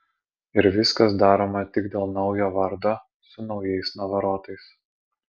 ir viskas daroma tik dėl naujo vardo su naujais navarotais